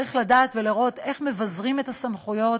וצריך לדעת ולראות איך מבזרים את הסמכויות